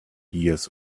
years